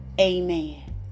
Amen